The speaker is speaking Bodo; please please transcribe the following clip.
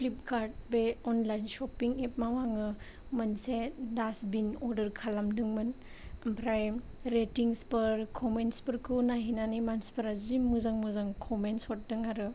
फ्लिपखार्द बे अनलाइन सपिं एपआव आङो मोनसे दासबिन अरदार खालामदोंमोन ओमफ्राय रेथिंसफोर कमेन्टसफोरखौ नायहैनानै जि मोजां मोजां कमेन्ट हरदों आरो